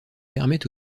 permet